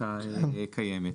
מחקיקה קיימת.